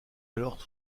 alors